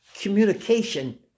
communication